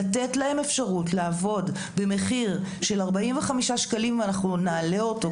לתת להם אפשרות לעבוד במחיר של 45 שקלים - מחיר שאף יעלה בהמשך,